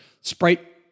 Sprite